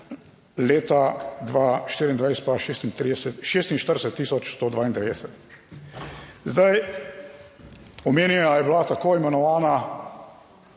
tisoč 192. Zdaj, omenjena je bila tako imenovana